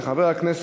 של חבר הכנסת